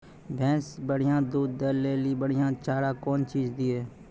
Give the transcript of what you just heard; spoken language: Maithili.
भैंस बढ़िया दूध दऽ ले ली बढ़िया चार कौन चीज दिए?